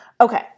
okay